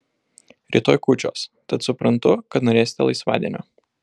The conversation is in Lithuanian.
rytoj kūčios tad suprantu kad norėsite laisvadienio